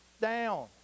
down